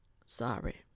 sorry